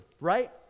right